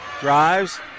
drives